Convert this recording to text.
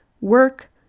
Work